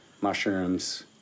mushrooms